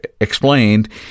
explained